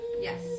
Yes